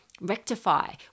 rectify